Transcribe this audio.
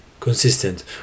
Consistent